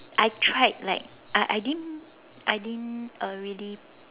I tried like I I didn't I didn't uh really